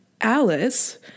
Alice